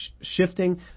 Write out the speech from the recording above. shifting